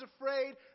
afraid